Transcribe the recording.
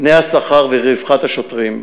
תנאי השכר לרווחת השוטרים,